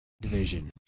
division